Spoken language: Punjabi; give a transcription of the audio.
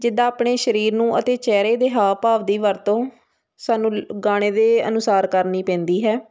ਜਿੱਦਾਂ ਆਪਣੇ ਸਰੀਰ ਨੂੰ ਅਤੇ ਚਿਹਰੇ ਦੇ ਹਾਵ ਭਾਵ ਦੀ ਵਰਤੋਂ ਸਾਨੂੰ ਗਾਣੇ ਦੇ ਅਨੁਸਾਰ ਕਰਨੀ ਪੈਂਦੀ ਹੈ